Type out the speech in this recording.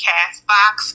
Castbox